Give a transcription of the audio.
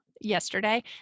yesterday